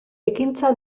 ekintza